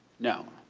no.